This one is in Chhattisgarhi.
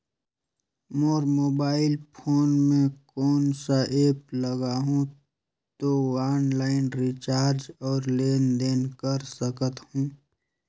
मोर मोबाइल फोन मे कोन सा एप्प लगा हूं तो ऑनलाइन रिचार्ज और लेन देन कर सकत हू?